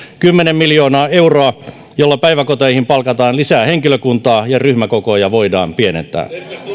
kymmenen miljoonaa euroa jolla päiväkoteihin palkataan lisää henkilökuntaa ja ryhmäkokoja voidaan pienentää